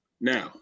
Now